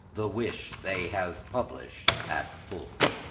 the which they have published at full.